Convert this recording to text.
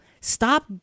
stop